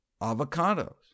avocados